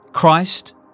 Christ